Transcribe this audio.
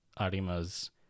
Arima's